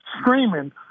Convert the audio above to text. screaming